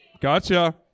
Gotcha